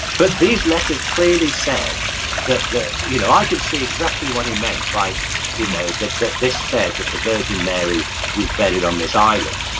but these letters clearly said that the you know i could see exactly what he meant by you know that this said that the virgin mary was buried on this island,